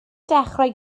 dechrau